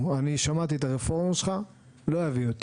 שמעתי את הרפורמה שלך, לא יביאו אותי.